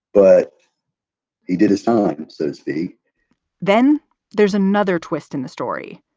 but he did his time so it's the then there's another twist in the story,